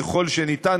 ככל האפשר,